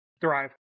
thrive